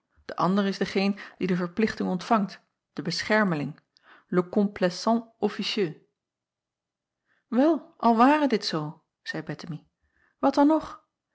de ander is degeen die de verplichting ontvangt de beschermeling le complaisant officieux el al ware dit zoo zeî ettemie wat dan nog